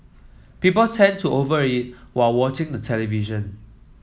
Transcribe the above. people tend to over eat while watching the television